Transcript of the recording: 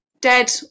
dead